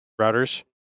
routers